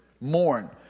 Mourn